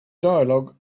dialog